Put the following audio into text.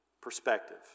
perspective